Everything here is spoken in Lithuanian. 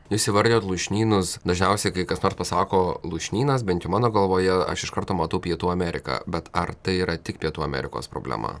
jūs įvardijot lūšnynus dažniausiai kai kas nors pasako lūšnynas bent jau mano galvoje aš iš karto matau pietų ameriką bet ar tai yra tik pietų amerikos problema